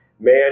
Man